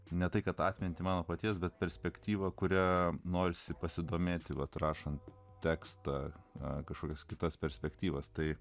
ne tai kad atmintį mano paties bet perspektyvą kurią norisi pasidomėti vat rašant tekstą kažkokias kitas perspektyvas tai